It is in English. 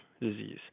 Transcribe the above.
disease